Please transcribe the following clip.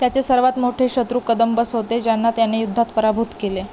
त्याचे सर्वात मोठे शत्रू कदंबस होते ज्यांना त्याने युद्धात पराभूत केले